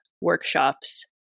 workshops